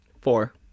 Four